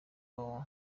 www